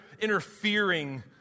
interfering